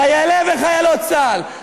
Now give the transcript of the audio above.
חיילי וחיילות צה"ל,